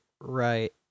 Right